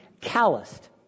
calloused